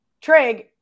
Trig